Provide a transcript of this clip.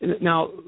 Now